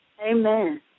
Amen